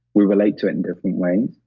we relate to it in different ways.